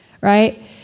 right